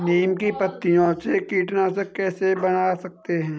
नीम की पत्तियों से कीटनाशक कैसे बना सकते हैं?